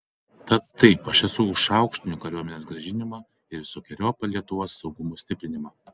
tad taip aš esu už šauktinių kariuomenės grąžinimą ir visokeriopą lietuvos saugumo stiprinimą